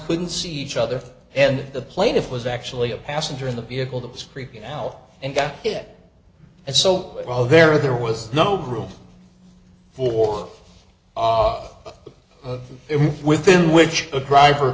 couldn't see each other and the plaintiff was actually a passenger in the vehicle that was freaking out and got it and so while there there was no room for it within which a driver